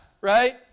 Right